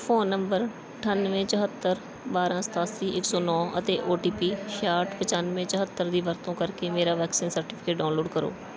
phone number ਅਠਾਨਵੇਂ ਚੌਹੱਤਰ ਬਾਰਾਂ ਸਤਾਸੀ ਇੱਕ ਸੌ ਨੌਂ ਅਤੇ ਓ ਟੀ ਪੀ ਛਿਆਹਠ ਪਚਾਨਵੇਂ ਚੌਹੱਤਰ ਦੀ ਵਰਤੋਂ ਕਰਕੇ ਮੇਰਾ ਵੈਕਸੀਨ ਸਰਟੀਫਿਕੇਟ ਡਾਊਨਲੋਡ ਕਰੋ